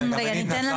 ניתן